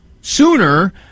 sooner